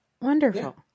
Wonderful